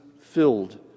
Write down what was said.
filled